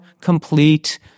complete